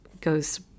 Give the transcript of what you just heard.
goes